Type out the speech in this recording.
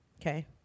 Okay